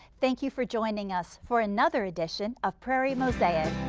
thank you for joining us for another edition of prairie mosaic.